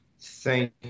Thank